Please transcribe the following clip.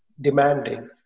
demanding